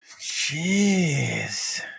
jeez